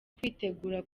kwitegura